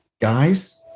guys